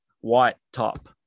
white-top